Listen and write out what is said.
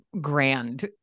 grand